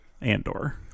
Andor